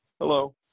Hello